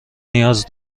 نیاز